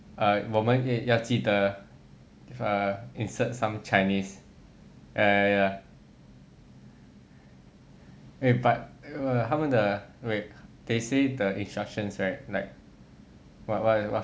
err 我们要记得 err insert some chinese ya ya ya eh but err 他们的 wait they say the instructions right like what what what